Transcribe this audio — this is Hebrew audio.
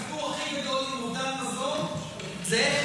כי הסיפור הכי גדול עם אובדן מזון הוא איך